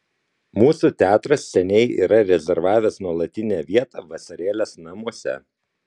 mūsų teatras seniai yra rezervavęs nuolatinę vietą vasarėlės namuose